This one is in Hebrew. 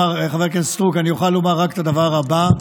חברת הכנסת סטרוק, אני אוכל לומר רק את הדבר הבא: